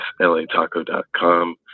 lataco.com